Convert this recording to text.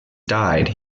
died